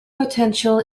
potential